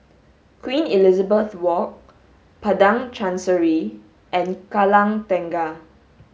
Queen Elizabeth Walk Padang Chancery and Kallang Tengah